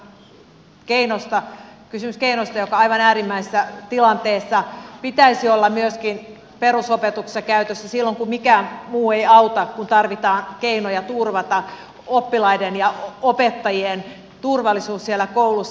tässä ei ole kysymys rangaistuksesta vaan tässä on kysymys keinosta jonka aivan äärimmäisessä tilanteessa pitäisi olla myöskin perusopetuksessa käytössä silloin kun mikään muu ei auta kun tarvitaan keinoja turvata oppilaiden ja opettajien turvallisuus siellä koulussa